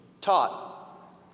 taught